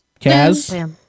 Kaz